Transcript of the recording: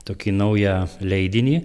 tokį naują leidinį